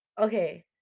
okay